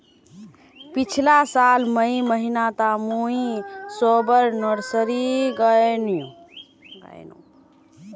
पिछला साल मई महीनातमुई सबोर नर्सरी गायेनू